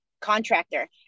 contractor